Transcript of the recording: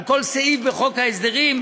על כל סעיף בחוק ההסדרים,